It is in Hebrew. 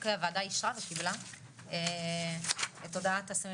אוקי הוועדה אישרה וקיבלה את הודעת הסמים